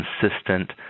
consistent